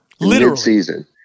Mid-season